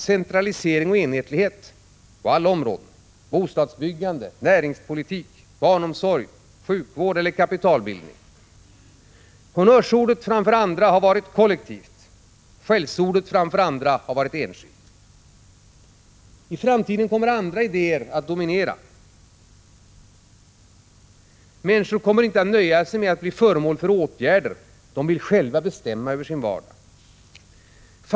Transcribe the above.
centralisering och enhetlighet på alla områden: bostadsbyggande, näringspolitik, barnomsorg, sjukvård och kapitalbildning. Honnörsordet framför andra har varit ”kollektivt”, skällsordet framför andra ”enskilt”. I framtiden kommer andra idéer att dominera. Människor kommer inte att nöja sig med att bli föremål för åtgärder — de vill själva bestämma över sin vardag.